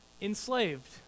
enslaved